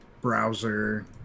browser